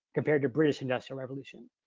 compared to british industrial revolution.